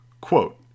Quote